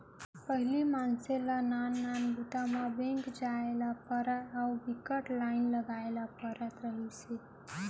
पहिली मनसे ल नान नान बूता म बेंक जाए ल परय अउ बिकट के लाईन लगाए ल परत रहिस हे